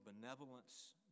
benevolence